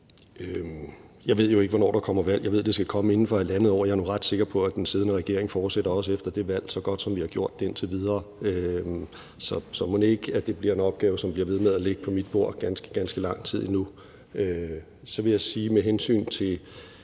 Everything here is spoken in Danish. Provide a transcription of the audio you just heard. Jeg ved jo ikke, hvornår der kommer et valg. Jeg ved, at det skal komme inden for halvandet år. Jeg er nu ret sikker på, at den siddende regering fortsætter også efter det valg, så godt, som vi har gjort det indtil videre. Så mon ikke det bliver en opgave, som bliver ved med at ligge på mit bord ganske, ganske lang tid endnu? Så vil jeg sige med hensyn til